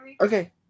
Okay